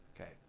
Okay